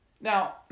Now